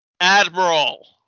Admiral